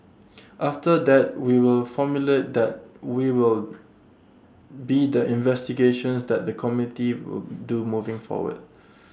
after that we will formulate that we will be the investigations that the committee will do moving forward